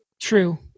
true